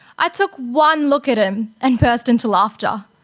i took one look at him and burst into laughter.